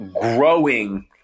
growing –